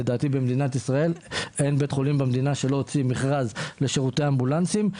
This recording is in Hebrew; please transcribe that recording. לדעתי אין במדינת ישראל בית חולים שלא הוציא מכרז לשירותי אמבולנסים,